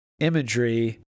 imagery